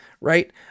right